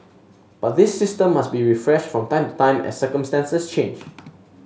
but this system must be refreshed from time to time as circumstances change